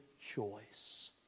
choice